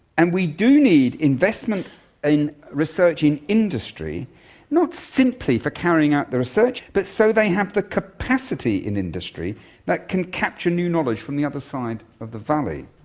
and we do need investment in research in industry not simply for carrying out the research but so they have the capacity in industry that can capture new knowledge from the other side of the valley.